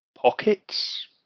pockets